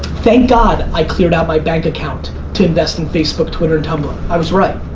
thank god i cleared out my bank account to invest in facebook, twitter, tumbler. i was right.